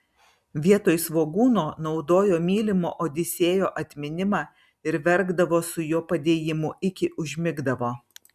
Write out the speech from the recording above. vietoj svogūno naudojo mylimo odisėjo atminimą ir verkdavo su jo padėjimu iki užmigdavo